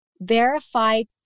verified